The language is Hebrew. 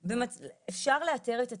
אפשר לאתר את התיקים,